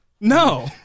no